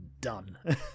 done